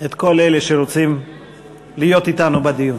את כל אלה שרוצים להיות אתנו בדיון.